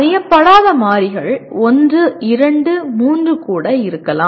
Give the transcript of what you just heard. அறியப்படாத மாறிகள் ஒன்று இரண்டு மூன்று கூட இருக்கலாம்